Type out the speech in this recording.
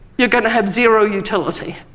you're going to have zero utility,